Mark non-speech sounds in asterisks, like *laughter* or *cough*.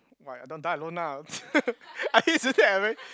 why I don't die alone lah *laughs* I used to say I very